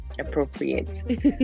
appropriate